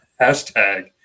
hashtag